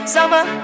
Summer